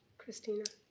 kristina